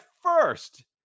first